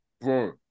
bro